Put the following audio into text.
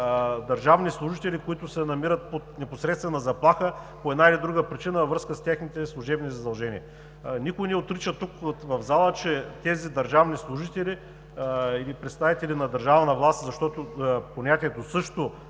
държавни служители, които се намират под непосредствена заплаха, по една или друга причина, във връзка с техните служебни задължения. Никой не отрича тук, в залата, че тези държавни служители или представители на държавна власт – защото понятието също